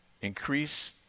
Increase